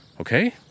Okay